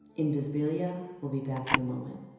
invisibilia will be back in a moment